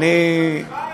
אידיאולוגיה.